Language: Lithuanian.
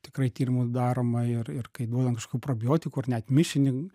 tikrai tyrimų daroma ir ir kai duodam kažkokių probiotikų ar net mišinį